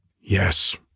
Yes